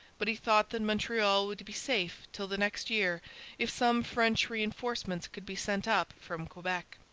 but he thought that montreal would be safe till the next year if some french reinforcements could be sent up from quebec.